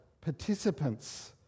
participants